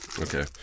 Okay